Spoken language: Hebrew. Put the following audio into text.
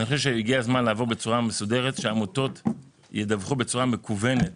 אני חושב שהגיע הזמן לעבור בצורה מסודרת שהעמותות ידווחו בצורה מקוונת